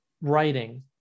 writing